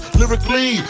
lyrically